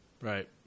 Right